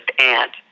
aunt